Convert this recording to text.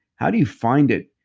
how do you find it?